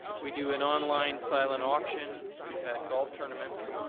we do an on-line silent auction. we've had golf tournaments.